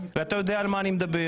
ואתה יודע על מה אני מדבר.